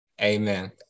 Amen